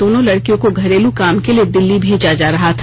दोनों लड़िकियों को घरेलू काम के लिए दिल्ली भेजा जा रहा था